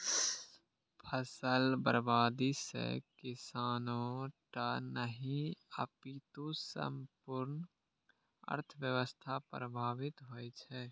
फसल बर्बादी सं किसाने टा नहि, अपितु संपूर्ण अर्थव्यवस्था प्रभावित होइ छै